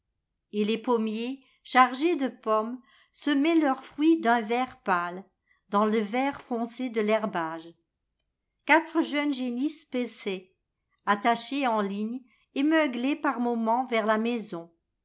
et les pommiers chargés de pommes semaient leurs fruits d'un vert pâle dans le vert foncé de l'herbage quatre jeunes génisses paissaient attachées en ligne et meuglaient par moments vers la maison